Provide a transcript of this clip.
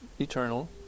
eternal